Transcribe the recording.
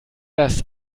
das